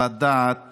חוות דעת